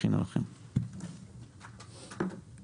(מלווה את דבריה בהקרנת מצגת) שלום לכולם.